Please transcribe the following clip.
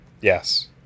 Yes